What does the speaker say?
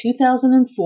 2004